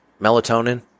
Melatonin